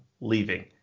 leaving